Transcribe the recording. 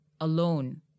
alone